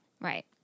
Right